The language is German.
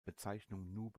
bezeichnung